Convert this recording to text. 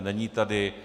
Není tady.